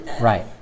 Right